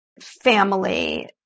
family